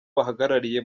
bahagarariye